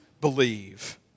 believe